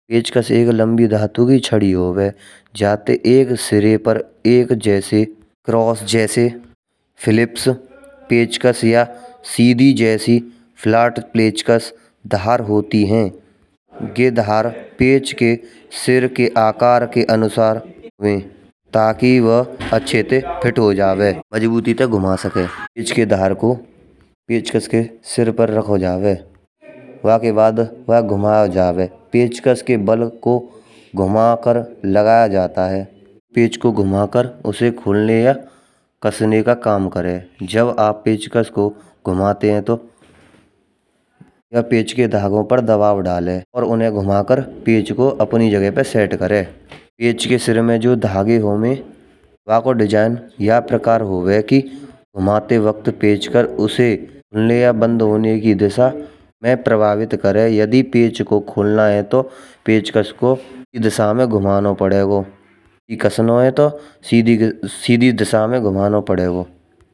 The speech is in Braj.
पेंचकस एक लम्बी धातु की छड़ी होवे । जाते एक सिरे पर एक जैसे क्रॉस जैसे फिलिप्स पेचकस या सीधी जैसी फ्लैट पेचकस धार होती है। गे धार पेचक के शिर के आकार के अनुसार ताकि वा अच्छे ते फिट हो जावे। मजबूती ते घुमा सकें पेच के धार को पेचकस के शिर पर रखो जावे वाके बाद वाये घुम जावे। पेंचकस के बल को घुमाकर लगाया जाता है। पेच को घुमाकर उसे खोलने या कसने का काम करे। जब आप पेचकस को घुमाते ह तो वहा पेच के धागो पर दबाव डाले और उन्हें घुमाकर पेच को अपनी जगह पर सेट करे। पेच के शिर मा जो धागे होमे, वाका डिज़ाइन या प्रकार होवे की घुमाते वक्त पेचक्र उसे लाया बंद होने की दिशा मा प्रवाहित करे। यदि पेच को खोलना है तो पेंचकस को उलटी दिशा मा घुमाना पड़ेगो यदि कसना है तो सीधी दिशा मा घुमाना पड़ेगो।